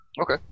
Okay